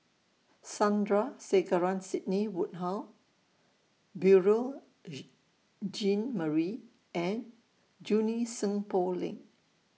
Sandrasegaran Sidney Woodhull Beurel Jean Marie and Junie Sng Poh Leng